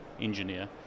engineer